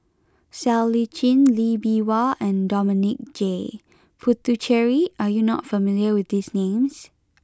Siow Lee Chin Lee Bee Wah and Dominic J Puthucheary are you not familiar with these names